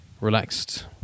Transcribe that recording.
relaxed